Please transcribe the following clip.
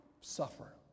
suffer